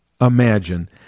imagine